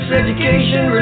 education